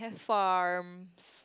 farms